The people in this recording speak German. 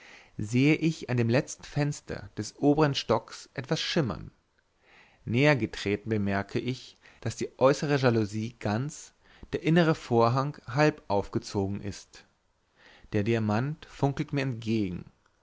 sehe ich an dem letzten fenster des obern stocks etwas schimmern näher getreten bemerke ich daß die äußere jalousie ganz der innere vorhang halb aufgezogen ist der diamant funkelt mir entgegen